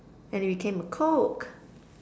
and it became a coke